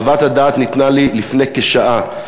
חוות הדעת ניתנה לי לפני כשעה,